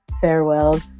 farewells